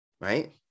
Right